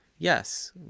Yes